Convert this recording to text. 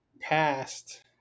past